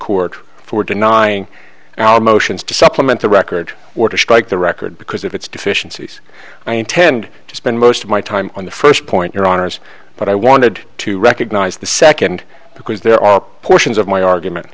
court for denying our motions to supplement the record or to strike the record because of its deficiencies i intend to spend most of my time on the first point your honour's but i wanted to recognize the second because there are portions of my argument